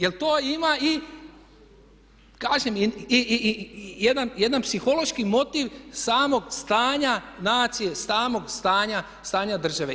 Jer to ima i kažem i jedan psihološki motiv samog stanja nacije, samog stanja države.